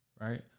right